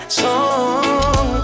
song